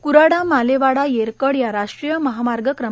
क्राडा मालेवाडा येरकड या राष्ट्रीय महामार्ग क्र